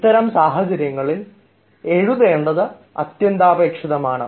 ഇത്തരം സാഹചര്യങ്ങളിൽ എഴുതേണ്ടത് അത്യന്താപേക്ഷിതമാണ്